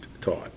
taught